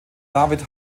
david